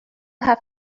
have